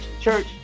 church